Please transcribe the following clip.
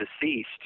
deceased